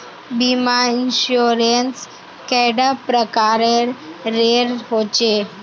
बीमा इंश्योरेंस कैडा प्रकारेर रेर होचे